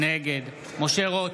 נגד משה רוט,